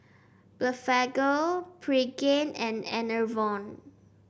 Blephagel Pregain and Enervon